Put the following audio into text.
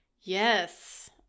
Yes